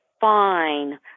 fine